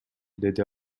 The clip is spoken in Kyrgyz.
деди